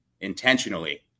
intentionally